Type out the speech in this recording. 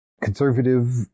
conservative